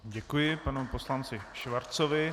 Děkuji panu poslanci Schwarzovi.